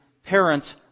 Parents